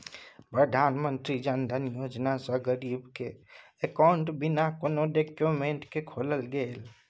प्रधानमंत्री जनधन योजना सँ गरीब केर अकाउंट बिना कोनो डाक्यूमेंट केँ खोलल गेलै